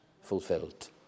fulfilled